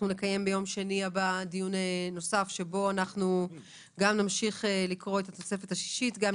ביום שני הבא נקיים דיון נוסף בו נמשיך לקרוא את התוספת השישית וגם